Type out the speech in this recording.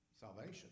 salvation